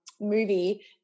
movie